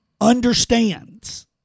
understands